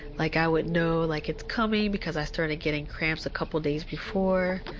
like i would know like it's coming because i started getting cramps a couple of days before.